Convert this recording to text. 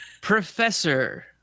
Professor